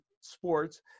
sports